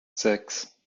sechs